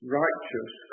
righteous